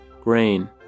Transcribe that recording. Grain